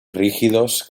rígidos